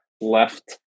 left